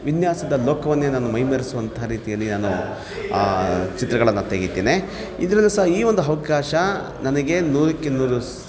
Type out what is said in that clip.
ವಿನ್ಯಾಸದ ಲೋಕವನ್ನೇ ನಾನು ಮೈಮರೆಸುವಂತಹ ರೀತಿಯಲ್ಲಿ ನಾನು ಆ ಚಿತ್ರಗಳನ್ನು ತೆಗಿತೇನೆ ಇದ್ರಲ್ಲಿ ಸಹ ಈ ಒಂದು ಅವ್ಕಾಶ ನನಗೆ ನೂರಕ್ಕೆ ನೂರು